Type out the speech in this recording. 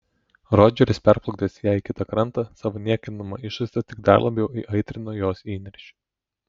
rodžeris perplukdęs ją į kitą krantą savo niekinama išvaizda tik dar labiau įaitrino jos įniršį